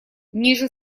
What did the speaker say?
ниже